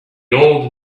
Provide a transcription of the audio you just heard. old